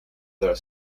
their